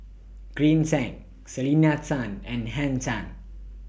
Green Zeng Selena Tan and Henn Tan